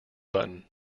button